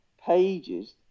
pages